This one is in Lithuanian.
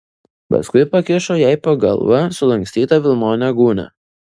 paskui pakišo jai po galva sulankstytą vilnonę gūnią